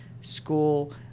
school